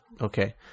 okay